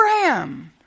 Abraham